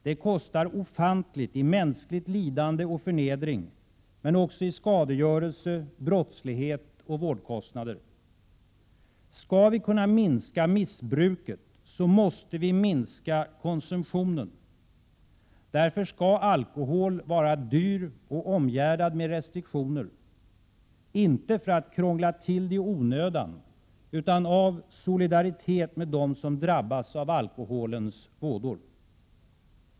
Det kostar ofantligt i mänskligt lidande och förnedring men också i skadegörelse, brottslighet och vårdkostnader. Skall vi kunna minska missbruket måste vi minska konsumtionen. Därför skall alkohol vara dyr och omgärdad med restriktioner, inte för att krångla till det i onödan utan av solidaritet med dem som drabbas av alkoholens vådor.